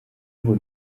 ngo